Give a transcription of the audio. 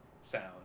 sound